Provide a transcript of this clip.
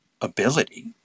ability